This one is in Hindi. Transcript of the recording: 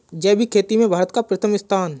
जैविक खेती में भारत का प्रथम स्थान